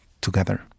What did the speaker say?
together